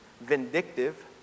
vindictive